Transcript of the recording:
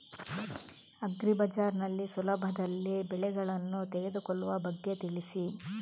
agri Bazaar ನಲ್ಲಿ ಸುಲಭದಲ್ಲಿ ಬೆಳೆಗಳನ್ನು ತೆಗೆದುಕೊಳ್ಳುವ ಬಗ್ಗೆ ತಿಳಿಸಿ